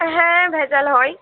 হ্যাঁ ভেজাল হয়